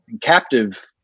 captive